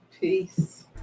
peace